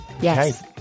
Yes